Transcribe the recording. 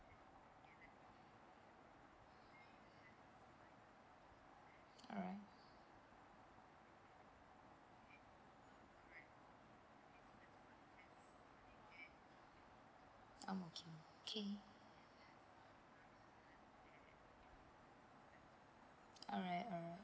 alright okay okay alright alright